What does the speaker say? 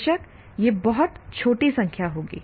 बेशक यह बहुत छोटी संख्या होगी